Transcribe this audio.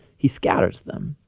he scatters them.